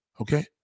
Okay